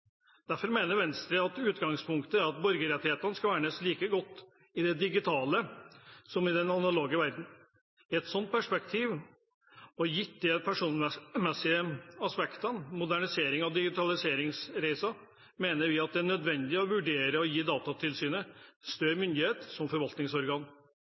Derfor mener Venstre at utgangspunktet er at borgerrettighetene skal vernes like godt i den digitale som i den analoge verden. I et slikt perspektiv, og gitt de personvernmessige aspektene som modernisering og digitalisering reiser, mener vi det er nødvendig å vurdere å gi Datatilsynet større